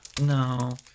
no